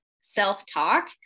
self-talk